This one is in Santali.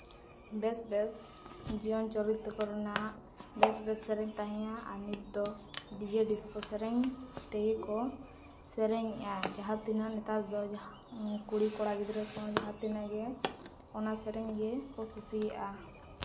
ᱵᱮᱥ ᱵᱮᱥ ᱡᱤᱭᱚᱱ ᱪᱚᱨᱤᱛ ᱠᱚᱨᱮᱱᱟᱜ ᱵᱮᱥ ᱵᱮᱥ ᱥᱮᱨᱮᱧ ᱛᱟᱦᱮᱫᱼᱟ ᱟᱨ ᱱᱤᱛ ᱫᱚ ᱰᱤᱡᱮ ᱰᱤᱥᱠᱳ ᱥᱮᱨᱮᱧ ᱛᱮᱜᱮ ᱠᱚ ᱥᱮᱨᱮᱧᱮᱜᱼᱟ ᱡᱟᱦᱟᱸ ᱛᱤᱱᱟᱹᱜ ᱱᱮᱛᱟᱨ ᱫᱚ ᱠᱩᱲᱤᱼᱠᱚᱲᱟ ᱜᱤᱫᱽᱨᱟᱹ ᱠᱚᱦᱚᱸ ᱡᱟᱦᱟᱸ ᱛᱤᱱᱟᱹᱜ ᱜᱮ ᱚᱱᱟ ᱥᱮᱨᱮᱧ ᱜᱮᱠᱚ ᱠᱩᱥᱤᱭᱟᱜᱼᱟ